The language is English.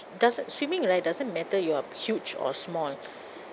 does swimming right doesn't matter you're huge or small